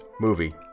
movie